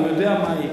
הוא יודע מהי.